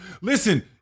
Listen